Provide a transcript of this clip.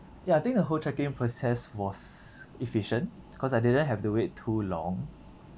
ya I think the whole check in process was efficient cause I didn't have to wait too long